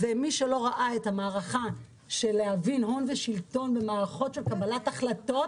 מי שלא ראה את המערכה של הון ושלטון במערכות של קבלת החלטות